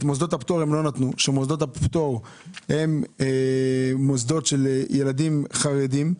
למוסדות הפטור הם לא נתנו שמוסדות הפטור הם מוסדות של ילדים חרדים.